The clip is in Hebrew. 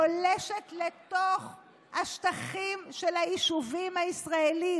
פולשת לתוך השטחים של היישובים הישראליים,